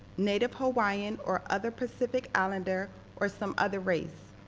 native hawaiian or other pacific islander or some other race?